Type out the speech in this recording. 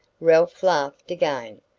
ralph laughed again.